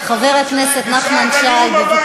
חבר הכנסת עיסאווי.